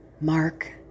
Mark